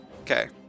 Okay